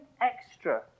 extra